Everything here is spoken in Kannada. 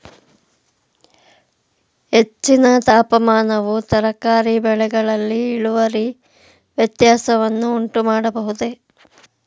ಹೆಚ್ಚಿನ ತಾಪಮಾನವು ತರಕಾರಿ ಬೆಳೆಗಳಲ್ಲಿ ಇಳುವರಿ ವ್ಯತ್ಯಾಸವನ್ನು ಉಂಟುಮಾಡಬಹುದೇ?